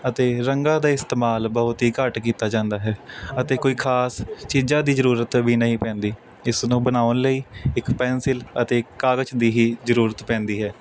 ਅਤੇ ਰੰਗਾਂ ਦਾ ਇਸਤੇਮਾਲ ਬਹੁਤ ਹੀ ਘੱਟ ਕੀਤਾ ਜਾਂਦਾ ਹੈ ਅਤੇ ਕੋਈ ਖਾਸ ਚੀਜ਼ਾਂ ਦੀ ਜ਼ਰੂਰਤ ਵੀ ਨਹੀਂ ਪੈਂਦੀ ਇਸ ਨੂੰ ਬਣਾਉਣ ਲਈ ਇੱਕ ਪੈਂਸਿਲ ਅਤੇ ਇੱਕ ਕਾਗਜ਼ ਦੀ ਹੀ ਜ਼ਰੂਰਤ ਪੈਂਦੀ ਹੈ